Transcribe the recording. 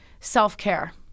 self-care